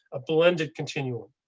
a blended continuum.